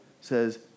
says